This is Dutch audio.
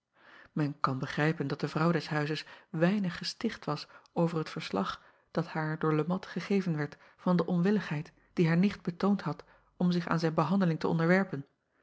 en kan begrijpen dat de vrouw des huizes weinig gesticht was over het verslag dat haar door e at gegeven werd van de onwilligheid die haar nicht betoond had om zich aan zijn behandeling te onderwerpen